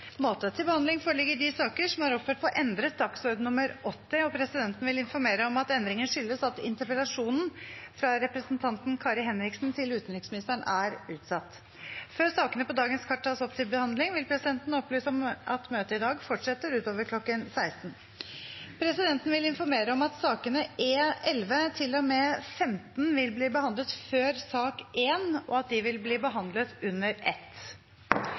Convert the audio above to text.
måte. Til behandling foreligger de saker som er oppført på endret dagsorden nr. 80, og presidenten vil informere om at endringen skyldes at interpellasjonen fra representanten Kari Henriksen til utenriksministeren er utsatt. Før sakene på dagens kart tas opp til behandling, vil presidenten opplyse om at møtet i dag fortsetter utover kl. 16. Presidenten vil informere om at sakene nr. 11–15 vil bli behandlet før sak nr. 1, og at de vil bli behandlet under ett.